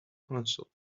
console